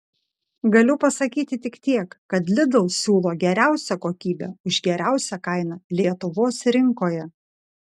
galiu pasakyti tik tiek kad lidl siūlo geriausią kokybę už geriausią kainą lietuvos rinkoje